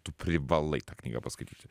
tu privalai tą knygą paskaityti